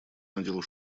надел